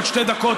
עוד שתי דקות,